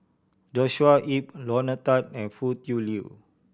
Joshua Ip Lorna Tan and Foo Tui Liew